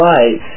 Right